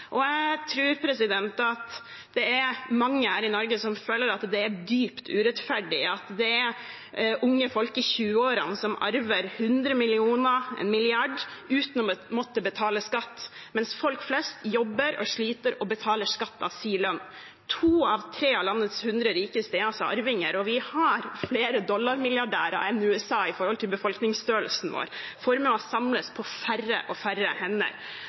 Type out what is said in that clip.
Jeg tror det er mange her i Norge som føler det er dypt urettferdig at unge folk i 20-årene arver hundre millioner, en millard uten å måtte betale skatt, mens folk flest jobber og sliter og betaler skatt av lønnen. To av tre av landets hundre rikeste er arvinger, og vi har flere dollarmilliardærer enn USA i forhold til befolkningsstørrelsen. Formuer samles på færre og færre hender.